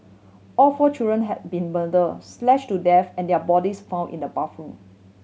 all four children had been murder slash to death and their bodies found in the bathroom